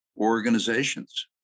organizations